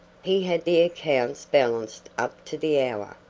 he had the accounts balanced up to the hour.